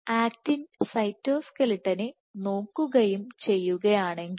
actin സൈറ്റോസ്ക്ലെറ്റനെ നോക്കുകയും ചെയ്യുകയാണെങ്കിൽ